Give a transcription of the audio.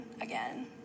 again